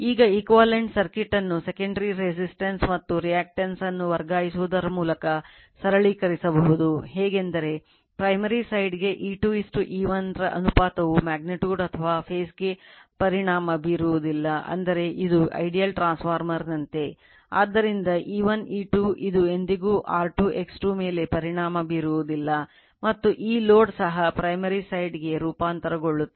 ಈಗ equivalent circuit ಕ್ಕೆ ರೂಪಾಂತರಗೊಳ್ಳುತ್ತದೆ